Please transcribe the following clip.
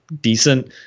decent